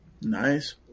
Nice